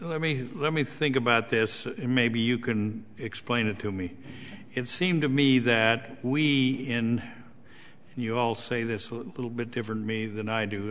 i mean let me think about this maybe you can explain it to me it seemed to me that we in you all say this little bit different me than i do